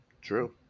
True